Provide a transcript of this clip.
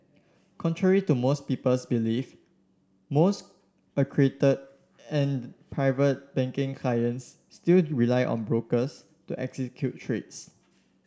contrary to most people's belief most accredited and Private Banking clients still rely on brokers to execute trades